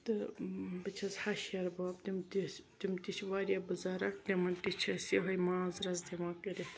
تہٕ بہٕ چھس ہَشہِ ہیہَربب تِم تہِ ٲسۍ تِم تہِ چھِ واریاہ بُزَرٕگ تِمن تہِ چھِ أسۍ یِہٕے ماز رَس دِوان کٔرِتھ